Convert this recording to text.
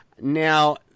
now